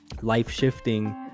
life-shifting